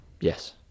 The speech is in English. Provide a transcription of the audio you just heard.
Yes